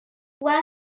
where